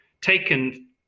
taken